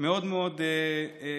מאוד מאוד גבוהים.